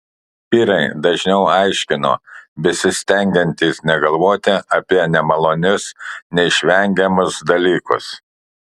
vyrai dažniau aiškino besistengiantys negalvoti apie nemalonius neišvengiamus dalykus